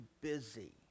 busy